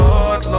Lord